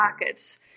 pockets